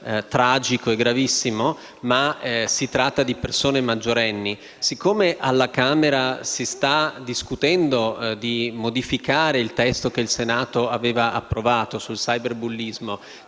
tragico e gravissimo ma si tratta di persone maggiorenni. Siccome alla Camera si sta discutendo di modificare il testo che il Senato aveva approvato sul cyberbullismo,